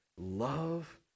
love